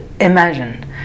imagine